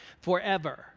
forever